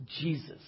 Jesus